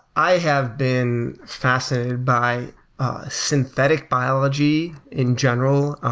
i have been fascinated by synthetic biology in general,